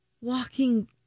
Walking